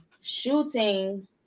shooting